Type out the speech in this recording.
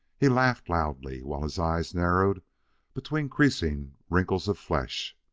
he laughed loudly, while his eyes narrowed between creasing wrinkles of flesh.